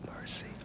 mercy